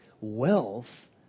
Wealth